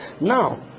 now